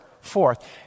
forth